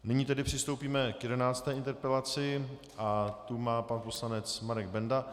Nyní tedy přistoupíme k 11. interpelaci a tu má pan poslanec Marek Benda.